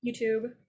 YouTube